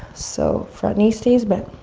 so front knee stays bent.